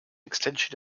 extension